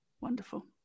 Wonderful